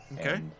Okay